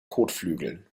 kotflügeln